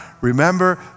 remember